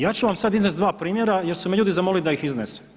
Ja ću vam sad iznest dva primjera, jer su me ljudi zamolila da ih iznesem.